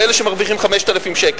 לאלה שמרוויחים 5,000 שקל.